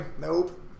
nope